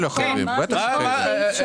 בטח שחייבים.